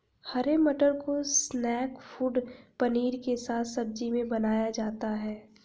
हरे मटर को snack food paneer के साथ सब्जी में बनाया जाता है